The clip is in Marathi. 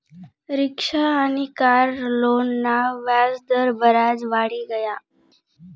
रिक्शा आनी कार लोनना व्याज दर बराज वाढी गया